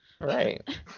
Right